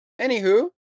Anywho